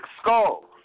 skull